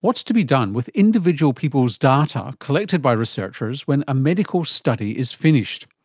what's to be done with individual people's data collected by researchers when a medical study is finished?